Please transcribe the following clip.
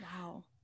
wow